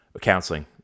counseling